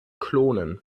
klonen